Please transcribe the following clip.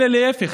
אלא להפך,